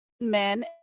men